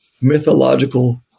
mythological